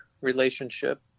relationship